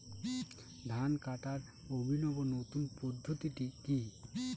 ধান কাটার অভিনব নতুন পদ্ধতিটি কি?